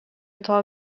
atá